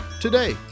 today